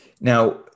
Now